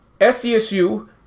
SDSU